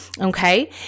Okay